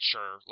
Sure